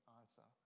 answer